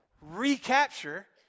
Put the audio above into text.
recapture